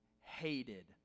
hated